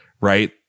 Right